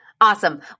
Awesome